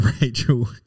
Rachel